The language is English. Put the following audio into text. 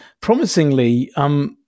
promisingly